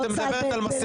אורית, את מדברת על מסכות.